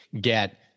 get